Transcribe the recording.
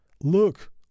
Look